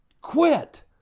Quit